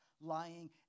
lying